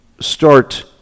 start